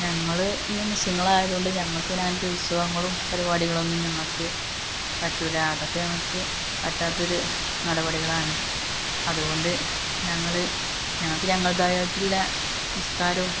ഞങ്ങൾ ഈ മുസ്ലിങ്ങളായത് കൊണ്ട് ഞങ്ങൾക്ക് പിന്നെ അങ്ങനെത്തെ ഉത്സവങ്ങളും പരിപാടികളൊന്നും ഞങ്ങൾക്ക് പറ്റില്ല അതൊക്കെ ഞങ്ങൾക്ക് പറ്റാത്ത ഒരു നടപടികളാണ് അതുകൊണ്ട് ഞങ്ങൾ ഞങ്ങൾക്ക് ഞങ്ങളുടേതായിട്ടുള്ള നിസ്കാരവും